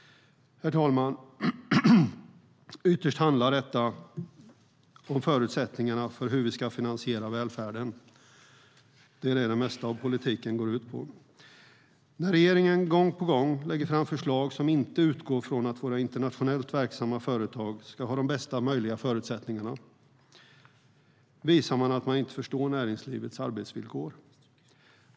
Fru talman! Ytterst handlar detta om förutsättningarna för hur vi ska finansiera välfärden. Det är vad det mesta av politiken går ut på. När regeringen gång på gång lägger fram förslag som inte utgår från att våra internationellt verksamma företag ska ha de bästa möjliga förutsättningarna visar man att man inte förstår näringslivets arbetsvillkor.